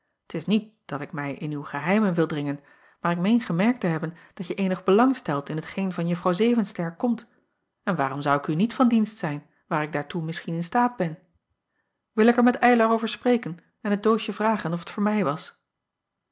t is niet dat ik mij in uw geheimen wil dringen maar ik meen gemerkt te hebben dat je eenig belang stelt in t geen van uffrouw evenster komt en waarom zou ik u niet van dienst zijn waar ik daartoe misschien in staat ben acob van ennep laasje evenster delen il ik er met ylar over spreken en het doosje vragen of t voor mij was